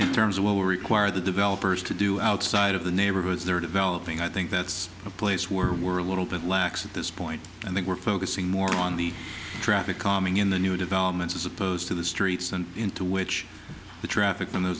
in terms of what we require the developers to do outside of the neighborhoods they're developing i think that's a place where world little bit lax at this point i think we're focusing more on the traffic calming in the new developments as opposed to the streets and into which the traffic in th